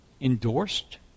endorsed